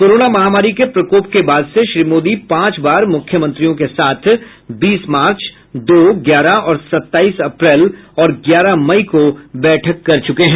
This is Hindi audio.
कोरोना महामारी के प्रकोप के बाद से श्री मोदी पांच बार मुख्यमंत्रियों के साथ बीस मार्च दो ग्यारह और सत्ताईस अप्रैल और ग्यारह मई को बैठक कर चुके हैं